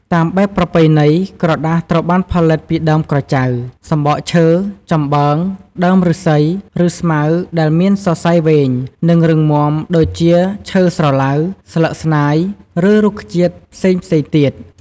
តាមបែបប្រពៃណី ក្រដាសត្រូវបានផលិតពីដើមក្រចៅ សម្បកឈើ ចំបើង ដើមឫស្សី ឬស្មៅដែលមានសរសៃវែង និងរឹងមាំ ដូចជា ឈើស្រឡៅ ស្លឹកស្នាយ ឬរុក្ខជាតិផ្សេងៗទៀត។